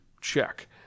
Check